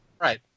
Right